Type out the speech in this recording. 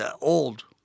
old